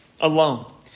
alone